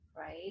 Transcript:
right